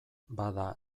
bada